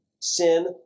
Sin